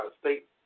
state